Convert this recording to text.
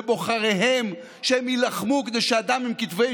לבוחריהם שהם יילחמו כדי שאדם עם כתבי